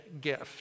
gift